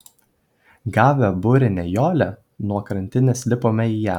gavę burinę jolę nuo krantinės lipome į ją